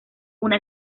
una